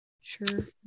Sure